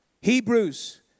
Hebrews